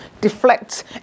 deflect